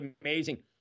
amazing